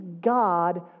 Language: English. God